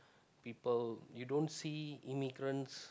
people you don't see immigrants